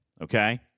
okay